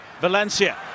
Valencia